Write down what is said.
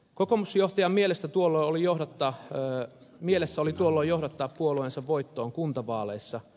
kokoomusjohtajan mielessä tuolloin oli johdattaa puolueensa voittoon kuntavaaleissa